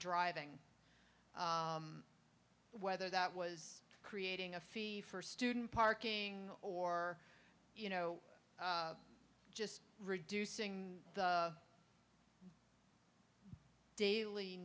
driving whether that was creating a fee for student parking or you know just reducing the daily